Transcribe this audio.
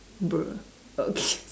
bruh okay